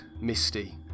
misty